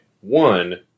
One